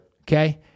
Okay